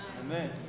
Amen